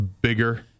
bigger